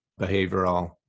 behavioral